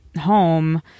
home